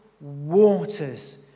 waters